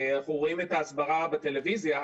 אני רואים את ההסברה בטלוויזיה.